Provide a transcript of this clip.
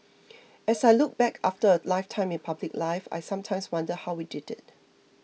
as I look back after a lifetime in public life I sometimes wonder how we did it